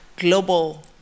global